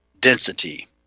density